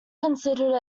considered